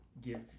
give